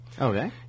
Okay